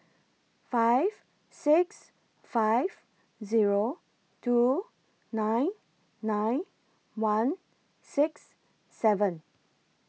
five six five Zero two nine nine one six seven